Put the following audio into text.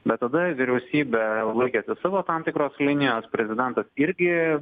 bet tada vyriausybė laikėsi savo tam tikros linijos prezidentas irgi